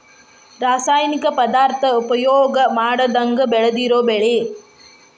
ರಾಸಾಯನಿಕ ಪದಾರ್ಥಾ ಉಪಯೋಗಾ ಮಾಡದಂಗ ಬೆಳದಿರು ಬೆಳಿ